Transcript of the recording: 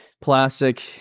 Plastic